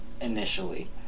initially